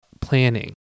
planning